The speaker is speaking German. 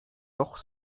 doch